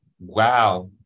Wow